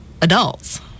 adults